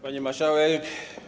Pani Marszałek!